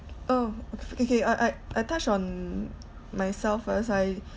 oh okay K I I uh I touch on myself first I